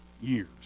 years